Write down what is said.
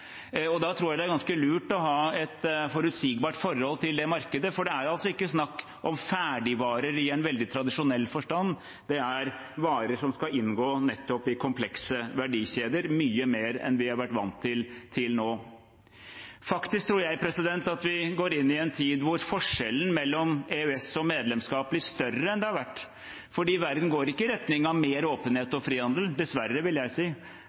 Da tror jeg det er ganske lurt å ha et forutsigbart forhold til det markedet, for det er ikke snakk om ferdigvarer i en veldig tradisjonell forstand. Det er varer som skal inngå i komplekse verdikjeder, mye mer enn vi har vært vant til til nå. Jeg tror faktisk vi går inn i en tid da forskjellen mellom EØS og medlemskap blir større enn den har vært, for verden går ikke i retning av mer åpenhet og frihandel – dessverre, vil jeg si.